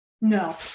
No